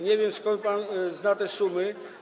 Nie wiem, skąd pan zna te sumy.